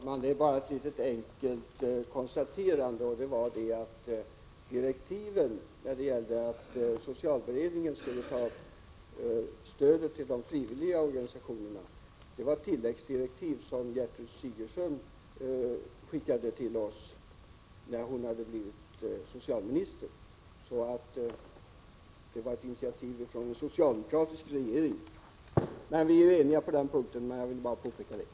Fru talman! Bara ett litet enkelt konstaterande. Direktiven att ta upp stödet till de frivilliga organisationerna fick socialberedningen i form av tilläggsdirektiv från Gertrud Sigurdsen när hon hade blivit socialminister. Det var alltså ett initiativ från en socialdemokratisk regering. Vi är ju eniga på den punkten, men jag ville ändå påpeka detta.